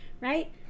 right